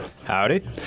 Howdy